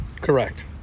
Correct